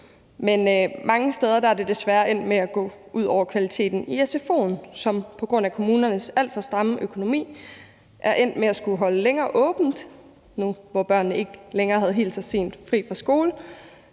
men mange steder er det desværre endt med at gå ud over kvaliteten i sfo'en, som på grund af kommunernes alt for stramme økonomi er endt med at skulle holde længere åbent nu, hvor børnene ikke længere havde helt så sent fri fra skole,